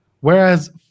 Whereas